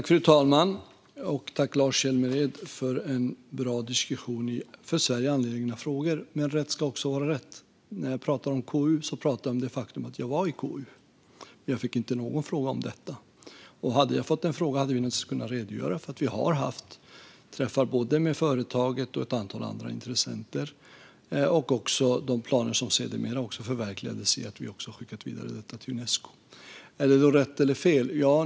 Fru talman! Jag tackar Lars Hjälmered för en bra diskussion om för Sverige angelägna frågor. Men rätt ska vara rätt. När jag pratar om KU pratar jag om det faktum att jag var i KU och inte fick någon fråga om detta. Hade jag fått en sådan fråga hade vi naturligtvis kunnat redogöra för att vi har haft träffar med både företaget och ett antal andra intressenter samt för de planer som sedermera också förverkligades i och med att vi skickade vidare detta till Unesco. Är det då rätt eller fel?